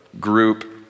group